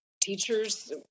teachers